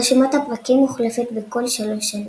רשימת הפרקים מוחלפת בכל 3 שנים.